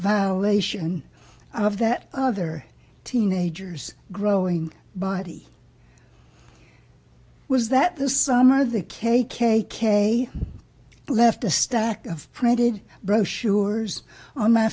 violation of that other teenagers growing body was that the summer the k k k left a stack of printed brochures on my